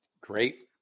Great